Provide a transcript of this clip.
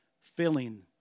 filling